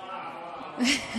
וואו, וואו.